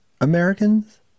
Americans